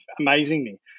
amazingly